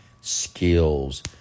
skills